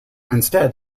instead